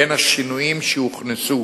בין השינויים שהוכנסו